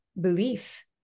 belief